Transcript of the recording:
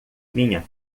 minha